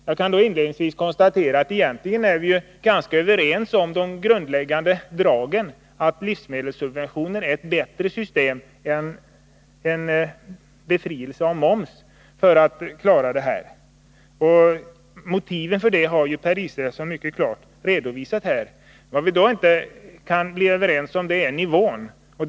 Jag kan inledningsvis konstatera att vi egentligen är ganska överens om de grundläggande dragen, att livsmedelssubventionerna är ett bättre system än befrielse från moms för att göra livsmedlen billigare. Motiven för det har Per Israelsson mycket klart redovisat. Vad vi inte kan bli överens om är nivån.